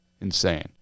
Insane